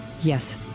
Yes